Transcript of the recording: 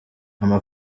ama